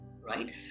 right